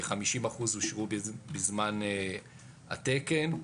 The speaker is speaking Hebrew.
כ-50% אושרו בזמן התקן.